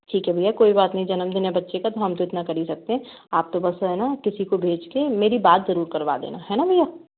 ठीक है भैया कोई बात नहीं जन्मदिन है बच्चे का तो हम तो इतना कर ही सकते हैं आप तो बस है ना किसी को भेज के मेरी बात ज़रूर करवा देना है ना भैया